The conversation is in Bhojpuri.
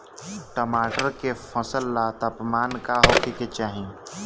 टमाटर के फसल ला तापमान का होखे के चाही?